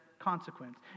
consequence